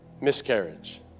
miscarriage